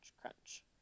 crunch